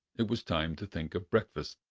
it was time to think of breakfast.